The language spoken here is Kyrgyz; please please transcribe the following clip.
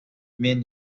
мен